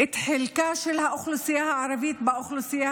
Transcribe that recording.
את חלקה של האוכלוסייה הערבית באוכלוסייה